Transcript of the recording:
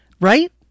Right